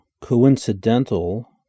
coincidental